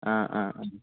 ആ ആ ആ